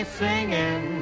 singing